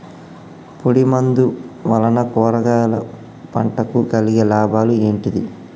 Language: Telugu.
పొడిమందు వలన కూరగాయల పంటకు కలిగే లాభాలు ఏంటిది?